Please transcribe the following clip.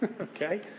Okay